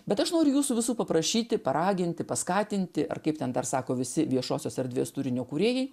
bet aš noriu jūsų visų paprašyti paraginti paskatinti ar kaip ten dar sako visi viešosios erdvės turinio kūrėjai